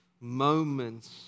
moments